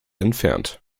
entfernt